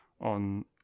on